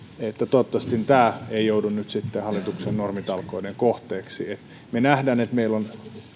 toivottavasti tämä ei joudu nyt sitten hallituksen normitalkoiden kohteeksi me näemme että meillä on